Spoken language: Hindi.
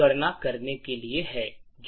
की गणना करने के लिए है